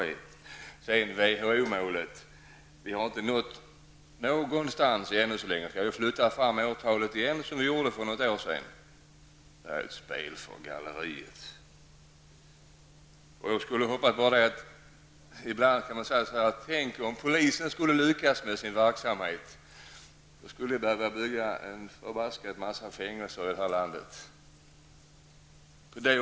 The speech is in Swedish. Beträffande WHO-målet: Vi har inte nått någonstans än så länge. Vi har flyttat fram målet igen, som vi gjorde för något år sedan. Det här är spel för galleriet! Ibland skulle man vilja säga: Tänk om polisen skulle lyckas med sin verksamhet, då skulle vi få bygga förbaskat många fängelser i det här landet.